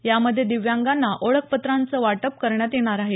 यामध्ये दिव्यांगांना ओळखपत्रांचं वाटप करण्यात येणार आहे